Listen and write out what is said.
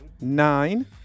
Nine